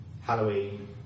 Halloween